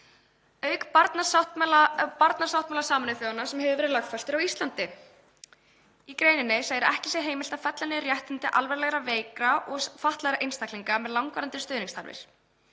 auk barnasáttmála Sameinuðu þjóðanna sem hefur verið lögfestur á Íslandi. Í greininni segir að ekki sé heimilt að fella niður réttindi alvarlega veikra og fatlaðra einstaklinga með langvarandi stuðningsþarfir.